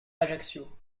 ajaccio